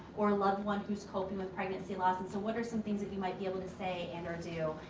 or a loved one who's coping with pregnancy loss. and so, what are some things that you might be able to say and or do?